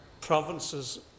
provinces